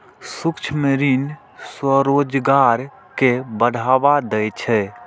सूक्ष्म ऋण स्वरोजगार कें बढ़ावा दै छै